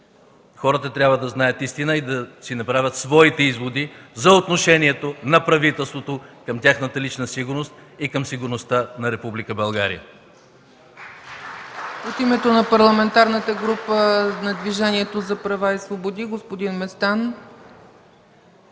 Хората трябва да знаят истината и да направят своите изводи за отношението на правителството към тяхната лична сигурност и към сигурността на